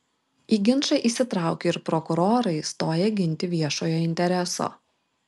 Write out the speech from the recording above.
į ginčą įsitraukė ir prokurorai stoję ginti viešojo intereso